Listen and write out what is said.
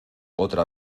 otra